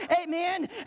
amen